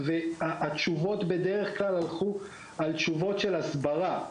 התשובות בדרך כלל הלכו על נושא ההסברה.